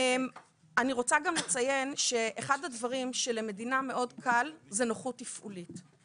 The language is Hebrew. אחד הדברים שלמדינה מאוד קל זה נוחות תפעולית,